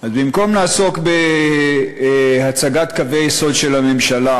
אז במקום לעסוק בהצגת קווי יסוד של הממשלה,